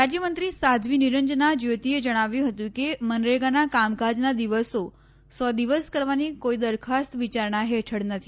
રાજ્યમંત્રી સાધ્વી નીરંજના જ્યોતિએ જણાવ્યું હતુ કે મનરેગાનાં કામકાજનાં દિવસો સો દિવસ કરવાની કોઈ દરખાસ્ત વિયારણા હેઠળ નથી